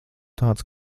tāds